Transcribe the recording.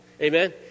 Amen